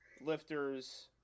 lifters